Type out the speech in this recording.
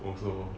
also